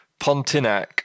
Pontinac